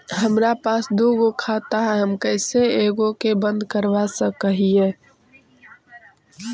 हमरा पास दु गो खाता हैं, हम कैसे एगो के बंद कर सक हिय?